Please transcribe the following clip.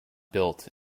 built